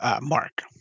mark